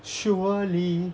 surely